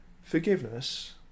forgiveness